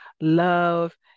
love